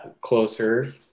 closer